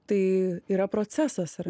tai yra procesas ar